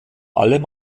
allem